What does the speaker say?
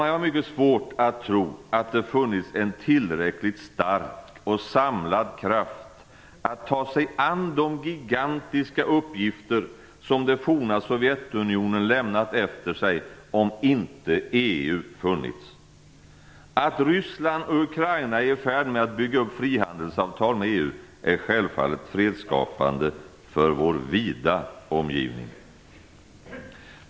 Jag har mycket svårt att tro att det skulle ha funnits en tillräckligt stark och samlad kraft att ta sig an de gigantiska uppgifter som det forna Sovjetunionen lämnat efter sig om inte EU funnits. Att Ryssland och Ukraina är i färd med att bygga upp ett frihandelsavtal med EU är självfallet fredsskapande för vår vida omgivning.